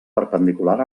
perpendicular